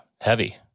Heavy